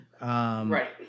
Right